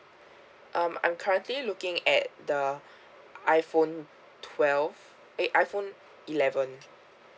um I'm currently looking at the iphone tweleve eh iphone eleven